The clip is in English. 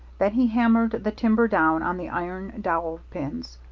then he hammered the timber down on the iron dowel pins.